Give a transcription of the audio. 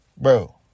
Bro